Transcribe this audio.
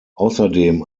außerdem